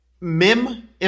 MIM